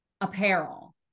apparel